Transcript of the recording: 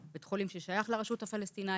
בית חולים ששייך לרשות הפלסטינית.